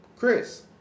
Chris